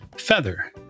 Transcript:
Feather